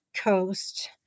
Coast